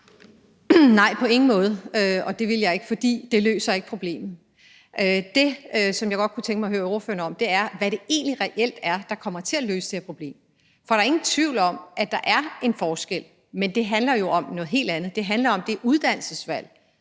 Nej, på ingen måde, og det ville jeg ikke have gjort, fordi det ikke løser problemet. Det, som jeg godt kunne tænke mig at høre ordføreren om, er, hvad det egentlig reelt er, der kommer til at løse det her problem. For der er ingen tvivl om, at der er en forskel, men det handler jo om noget helt andet. Det handler om det uddannelsesvalg,